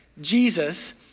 Jesus